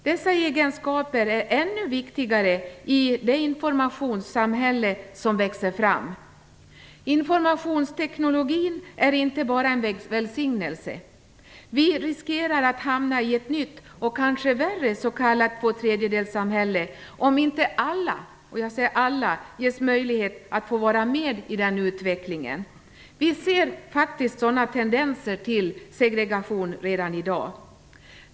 Dessa egenskaper är ännu viktigare i det informationssamhälle som växer fram. Informationstekniken är inte bara en välsignelse. Vi riskerar att hamna i ett nytt och kanske värre s.k. tvåtredjedelssamhälle om inte alla ges möjlighet att vara med i den utvecklingen. Vi ser faktiskt sådana tendenser till segregation redan i dag.